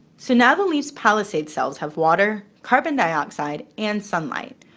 so now the leaf's palisade cells have water, carbon dioxide and sunlight,